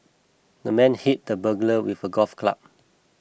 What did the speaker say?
the man hit the burglar with a golf club